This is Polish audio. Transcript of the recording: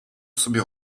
sobie